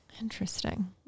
Interesting